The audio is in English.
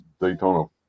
Daytona